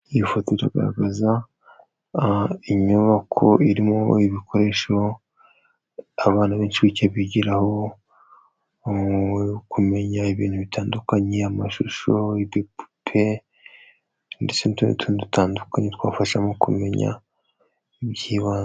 Iyi foto iragaragaza inyubako irimo ibikoresho, abana b'inshuke bigiraho, kumenya ibintu bitandukanye, amashusho, udupupe n'utundi dutandukanye twabafasha mu kumenya iby'ibanze.